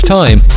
time